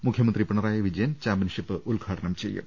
മുഖ്യമന്ത്രി പിണറായി വിജയൻ ചാമ്പ്യൻഷിപ്പ് ഉദ്ഘാടനം ചെയ്യും